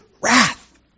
wrath